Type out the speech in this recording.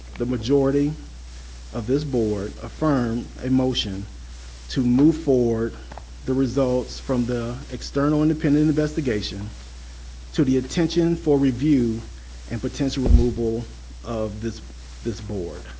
the majority of this board affirmed a motion to move forward the results from the external independent investigation to the attention for review and potential removal of this this board.